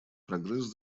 прогресс